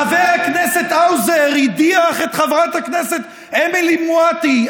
חבר הכנסת האוזר הדיח את חברת הכנסת אמילי מואטי.